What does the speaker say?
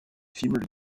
filme